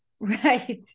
right